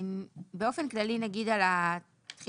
באופן כללי נגיד על התחילה,